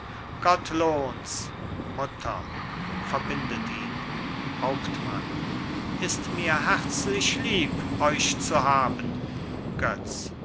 ihn hauptmann ist mir herzlich lieb euch zu haben götz